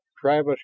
Travis